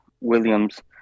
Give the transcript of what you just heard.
Williams